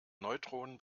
neutronen